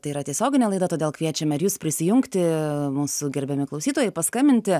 tai yra tiesioginė laida todėl kviečiame ir jus prisijungti mūsų gerbiami klausytojai paskambinti